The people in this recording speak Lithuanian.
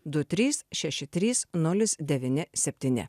du trys šeši trys nulis devyni septyni